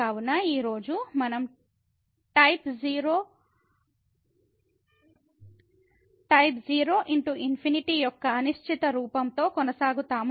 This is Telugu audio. కావున ఈ రోజు మనం టైప్ 0 x ∞ యొక్క అనిశ్చిత రూపంతో కొనసాగుతాము